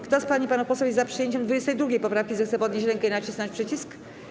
Kto z pań i panów posłów jest za przyjęciem 22. poprawki, zechce podnieść rękę i nacisnąć przycisk.